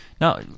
Now